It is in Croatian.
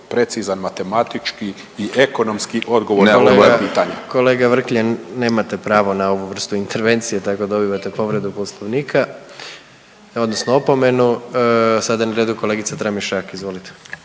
pitanje. **Jandroković, Gordan (HDZ)** Kolega Vrkljan nemate pravo na vrstu intervencije tako da dobivate povredu Poslovnika odnosno opomenu. Sada je redu kolegica Tramišak, izvolite.